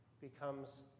becomes